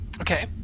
Okay